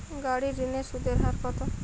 গাড়ির ঋণের সুদের হার কতো?